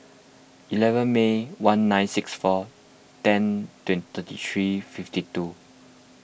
eleven May one nine six four ten thirty three fifty two